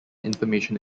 information